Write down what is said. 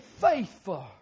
faithful